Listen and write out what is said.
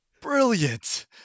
brilliant